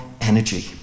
energy